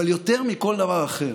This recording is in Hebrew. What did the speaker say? אבל יותר מכל דבר אחר,